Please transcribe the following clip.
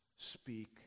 speak